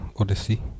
Odyssey